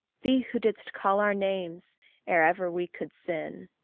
thee who didst call our names ere ever we could sin.